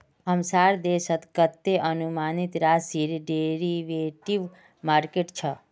हमसार देशत कतते अनुमानित राशिर डेरिवेटिव मार्केट छ